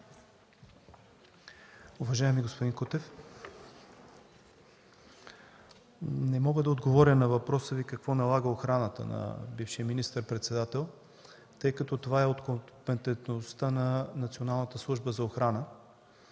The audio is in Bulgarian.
Уважаеми господин Кутев, не мога да отговоря на въпроса Ви какво налага охраната на бившия министър-председател, тъй като това е от компетентността на Националната служба за охрана.